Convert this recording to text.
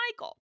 michael